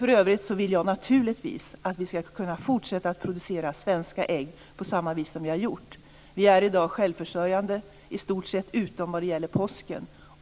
För övrigt vill jag naturligtvis att vi ska kunna fortsätta att producera svenska ägg på samma vis som vi har gjort. Vi är i dag i stort sett självförsörjande utom vad gäller påsken.